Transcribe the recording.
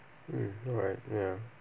mm alright ya